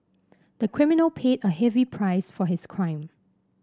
the criminal paid a heavy price for his crime